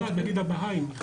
נגיד הבאהים.